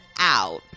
out